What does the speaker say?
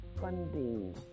funding